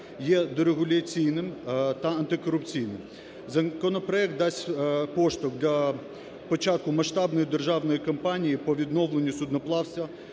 є дерегуляційним та антикорупційним. Законопроект дасть поштовх для початку масштабної державної кампанії по відновленню судноплавства